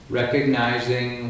recognizing